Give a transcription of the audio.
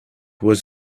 was